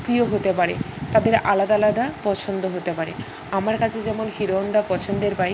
প্রিয় হতে পারে তাদের আলাদা আলাদা পছন্দ হতে পারে আমার কাছে যেমন হিরোহন্ডা পছন্দের বাইক